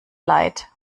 leid